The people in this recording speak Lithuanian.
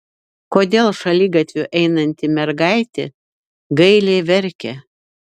kodėl šaligatviu einanti mergaitė gailiai verkia